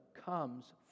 comes